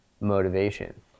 motivation